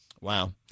Wow